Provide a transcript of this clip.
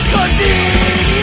Convenience